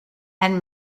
and